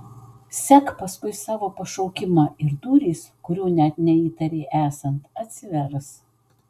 sek paskui savo pašaukimą ir durys kurių net neįtarei esant atsivers